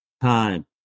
time